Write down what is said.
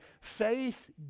Faith